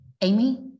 Amy